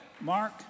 Mark